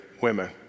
women